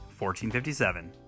1457